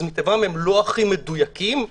מטבעם הם לא הכי מדויקים,